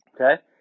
okay